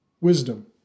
wisdom